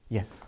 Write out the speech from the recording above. Yes